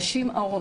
נשים הרות.